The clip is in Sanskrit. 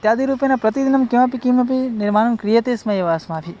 इत्यादिरूपेण प्रतिदिनं किमपि किमपि निर्माणं क्रियते स्म एव अस्माभिः